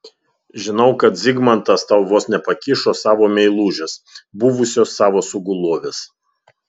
žinau kad zigmantas tau vos nepakišo savo meilužės buvusios savo sugulovės